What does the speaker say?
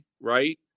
right